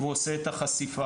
והוא עושה את החשיפה.